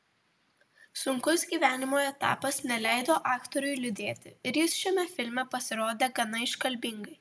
sunkus gyvenimo etapas neleido aktoriui liūdėti ir jis šiame filme pasirodė gana iškalbingai